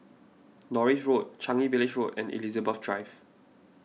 Norris Road Changi Village Road and Elizabeth Drive